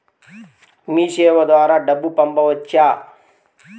మీసేవ ద్వారా డబ్బు పంపవచ్చా?